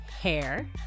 hair